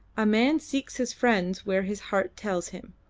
a man seeks his friends where his heart tells him.